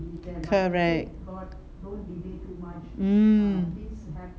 correct mm